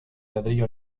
ladrillo